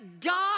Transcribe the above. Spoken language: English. God